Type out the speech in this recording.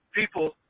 people